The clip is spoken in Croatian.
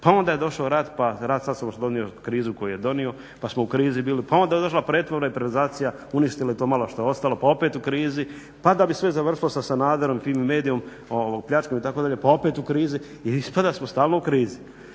pa onda je došao rat pa rat sa sobom donio krizu koju je donio pa smo u krizi bili, pa onda je došla pretvorba i privatizacija, uništila i to malo što je ostalo pa opet u krizi, pa da bi sve završilo sa Sanaderom i Fimi Mediom, pljačkom itd., pa opet u krizi. Ispada da smo stalno u krizi.